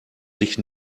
sich